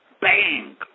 bang